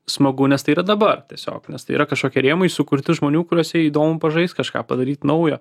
smagu nes tai yra dabar tiesiog nes tai yra kažkokie rėmai sukurti žmonių kuriose įdomu pažaist kažką padaryt naujo